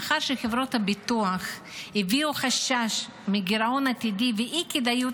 לאחר שחברות הביטוח הביעו חשש מגירעון עתידי ואי-כדאיות